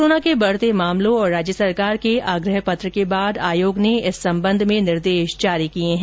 corona के बढते मामलों और राज्य सरकार के आग्रह पत्र के बाद आयोग ने इस संबंध में निर्देश जारी किए है